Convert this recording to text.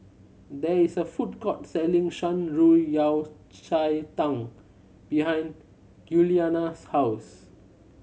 there is a food court selling Shan Rui Yao Cai Tang behind Giuliana's house